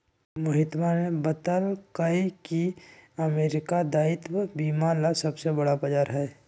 मोहितवा ने बतल कई की अमेरिका दायित्व बीमा ला सबसे बड़ा बाजार हई